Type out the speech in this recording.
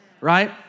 Right